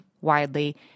widely